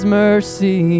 mercy